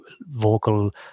vocal